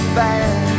bad